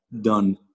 done